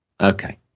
Okay